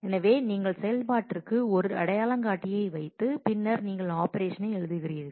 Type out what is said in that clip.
எனவே நீங்கள் செயல்பாட்டிற்கு ஒரு அடையாளங்காட்டியை வைத்து பின்னர் நீங்கள் ஆபரேஷனை எழுதுகிறீர்கள்